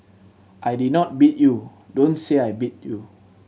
I did not beat you Don't say I beat you